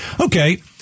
Okay